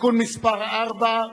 (תיקון מס' 4),